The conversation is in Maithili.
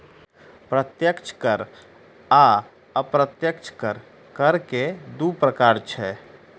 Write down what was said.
प्रत्यक्ष कर आ अप्रत्यक्ष कर, कर के दू प्रकार छै